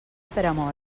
peramola